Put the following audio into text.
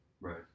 Right